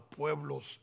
pueblos